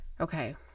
okay